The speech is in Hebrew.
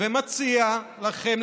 ומציע לכם,